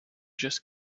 just